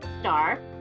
star